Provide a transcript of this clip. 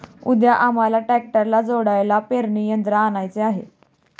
उद्या आम्हाला ट्रॅक्टरला जोडायला पेरणी यंत्र आणायचे आहे